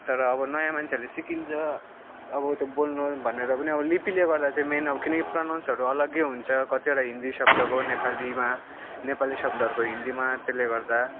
तर अब नयाँ मान्छेले सिकिन्छ अब त्यो बोल्नु भनेर पनि अब लिपिले गर्दा चाहिँ मेन अब किनकि प्रनाउन्सहरू अलग्गै हुन्छ कतिवटा हिन्दी शब्दको नेपालीमा नेपाली शब्दहरूको हिन्दीमा त्यसले गर्दा